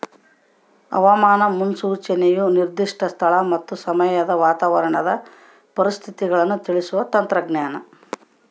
ಹವಾಮಾನ ಮುನ್ಸೂಚನೆಯು ನಿರ್ದಿಷ್ಟ ಸ್ಥಳ ಮತ್ತು ಸಮಯದ ವಾತಾವರಣದ ಪರಿಸ್ಥಿತಿಗಳನ್ನು ತಿಳಿಸುವ ತಂತ್ರಜ್ಞಾನ